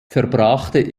verbrachte